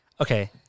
Okay